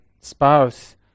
spouse